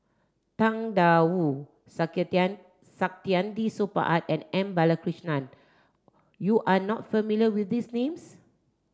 Tang Da Wu Saktiandi Supaat and M Balakrishnan you are not familiar with these names